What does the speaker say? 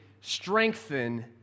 strengthen